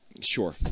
sure